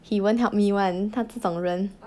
he won't help me [one] 他这种人